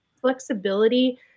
flexibility